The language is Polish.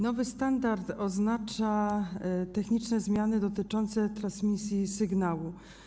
Nowy standard oznacza techniczne zmiany dotyczące transmisji sygnału.